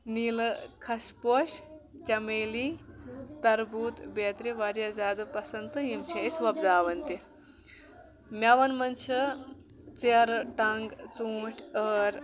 نیٖلہٕ کھش پوش چیمیلی تربوٗت بیتری واریاہ زیادٕ پسنٛد تہٕ یِم چھٕ أسۍ وۄپداوان تہِ میون منٛز چھٕ ژیرٕ ٹنٛگ ژوٗنٹھ ٲر